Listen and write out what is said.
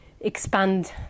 expand